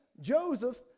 Joseph